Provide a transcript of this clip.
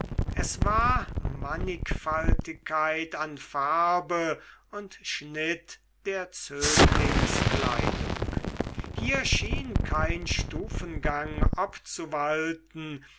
es war mannigfaltigkeit an farbe und schnitt der zöglingskleidung hier schien kein stufengang obzuwalten